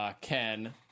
Ken